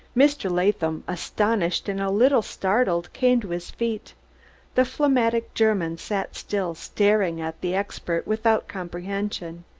mr. latham, astonished and a little startled, came to his feet the phlegmatic german sat still, staring at the expert without comprehension.